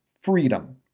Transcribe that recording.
freedom